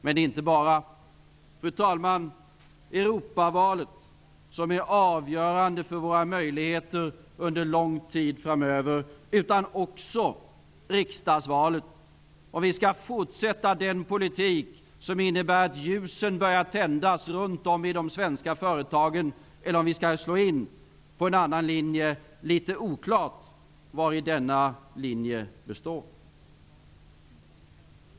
Men, fru talman, det är inte bara Europavalet som är avgörande för våra möjligheter under lång tid framöver utan också riksdagsvalet, om vi skall fortsätta att föra den politik som innebär att ljusen börjar tändas runt om i de svenska företagen eller om vi skall vi slå in på en annan linje. Det är litet oklart vari denna linje består.